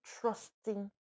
trusting